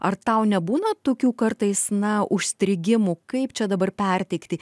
ar tau nebūna tokių kartais na užstrigimų kaip čia dabar perteikti